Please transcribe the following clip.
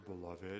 beloved